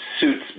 suits